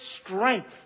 strength